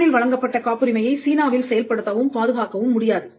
ஜப்பானில் வழங்கப்பட்ட காப்புரிமையை சீனாவில் செயல்படுத்தவும் பாதுகாக்கவும் முடியாது